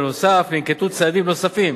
בנוסף, ננקטו צעדים נוספים